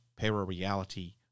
parareality